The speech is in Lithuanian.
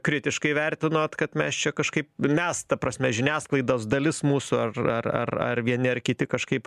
kritiškai vertinot kad mes čia kažkaip mes ta prasme žiniasklaidos dalis mūsų ar ar ar ar vieni ar kiti kažkaip